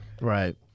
Right